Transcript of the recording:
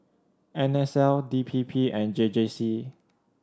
N S L D P P and J J C